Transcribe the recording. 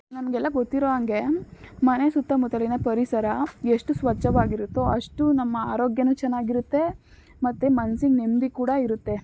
ನಮಗೆಲ್ಲ ಗೊತ್ತಿರೋ ಹಂಗೆ ಮನೆ ಸುತ್ತಮುತ್ತಲಿನ ಪರಿಸರ ಎಷ್ಟು ಸ್ವಚ್ಛವಾಗಿರುತ್ತೋ ಅಷ್ಟು ನಮ್ಮ ಆರೋಗ್ಯನು ಚೆನ್ನಾಗಿರುತ್ತೆ ಮತ್ತು ಮನ್ಸಿಗೆ ನೆಮ್ಮದಿ ಕೂಡ ಇರುತ್ತೆ